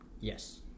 yes